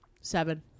Seven